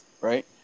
right